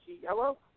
Hello